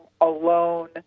alone